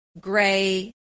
gray